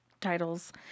titles